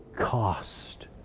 cost